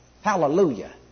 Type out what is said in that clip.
Hallelujah